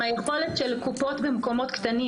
גם היכולת של קופות במקומות קטנים,